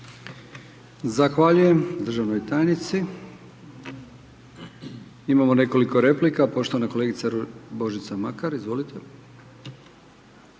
Zahvaljujem državnoj tajnici. Imamo nekoliko replika, poštovana kolegica Božica Makar, izvolite.